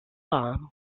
baum